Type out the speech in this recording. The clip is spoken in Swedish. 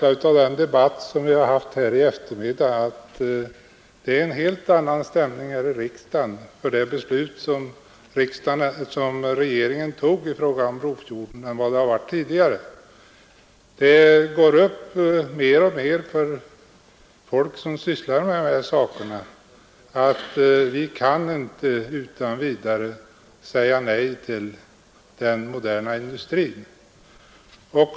Av den debatt vi fört här i eftermiddag har jag fått en stark känsla av att stämningen i riksdagen vad beträffar det beslut regeringen fattat om Brofjorden nu är en helt annan än tidigare. Det går mer och mer upp för människor som sysslar med dessa frågor att vi inte utan vidare kan säga nej till den moderna industrin.